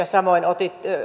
samoin